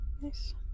Nice